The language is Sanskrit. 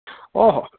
ओहो